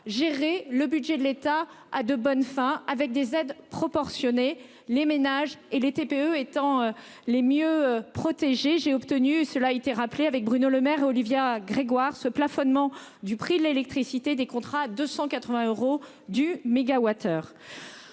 gérer le budget de l'État a de bonnes fin avec des aides proportionnée. Les ménages et les TPE étant les mieux protégés. J'ai obtenu, cela a été rappelé avec Bruno Lemaire Olivia Grégoire ce plafonnement du prix de l'électricité des contrats 280 euros du MWh.